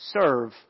serve